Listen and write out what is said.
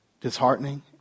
disheartening